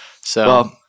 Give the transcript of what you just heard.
So-